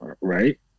right